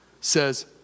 says